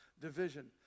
Division